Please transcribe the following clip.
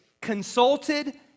consulted